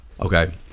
Okay